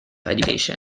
education